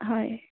হয়